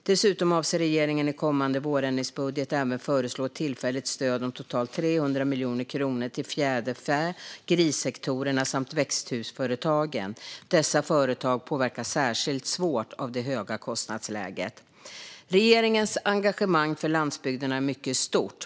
Dessutom avser regeringen i kommande vårändringsbudget även att föreslå ett tillfälligt stöd om totalt 300 miljoner kronor till fjäderfä och grissektorerna samt växthusföretagen. Dessa företag påverkas särskilt svårt av det höga kostnadsläget. Regeringens engagemang för landsbygderna är mycket stort.